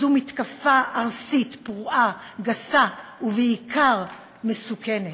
זו מתקפה ארסית, פרועה, גסה, ובעיקר מסוכנת.